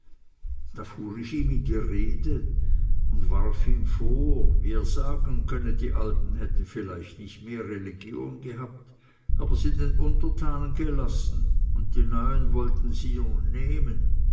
ihm in die rede und warf ihm vor wie er sagen könne die alten hätten vielleicht nicht mehr religion gehabt aber sie den untertanen gelassen und die neuen wollten sie nun nehmen